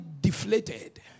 deflated